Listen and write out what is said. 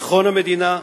לביטחון המדינה,